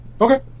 Okay